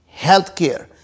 healthcare